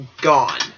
gone